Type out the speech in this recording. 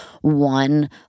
one